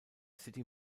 city